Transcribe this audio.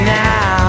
now